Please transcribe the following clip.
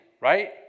right